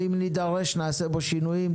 ואם נידרש נעשה בו שינויים.